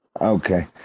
okay